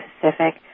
Pacific